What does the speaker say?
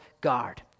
guard